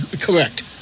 Correct